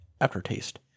aftertaste